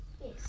yes